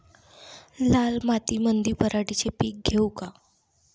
लाल मातीमंदी पराटीचे पीक घेऊ का?